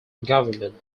government